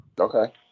okay